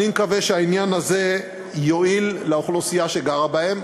אני מקווה שהעניין הזה יועיל לאוכלוסייה שגרה בהן.